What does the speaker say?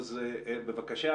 בבקשה,